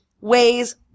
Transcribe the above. weighs